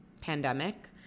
pandemic